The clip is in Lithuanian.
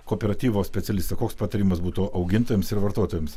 kooperatyvo specialistai koks patarimas būtų augintojams ir vartotojams